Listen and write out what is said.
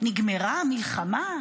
נגמרה המלחמה,